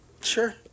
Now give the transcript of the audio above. Sure